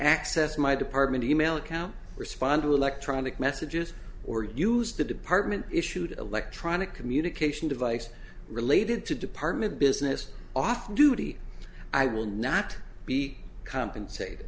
accessed my department e mail account respond to electronic messages or use the department issued electronic communication device related to department business off duty i will not be compensated